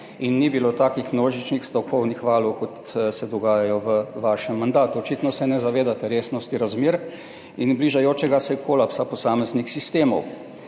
In ni bilo takih množičnih stavkovnih valov, kot se dogajajo v vašem mandatu. Očitno se ne zavedate resnosti razmer in bližajočega se kolapsa posameznih sistemov.